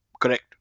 correct